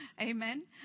Amen